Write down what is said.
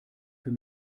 für